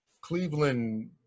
Cleveland